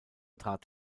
trat